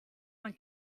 man